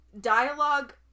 Dialogue